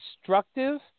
destructive